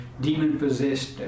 demon-possessed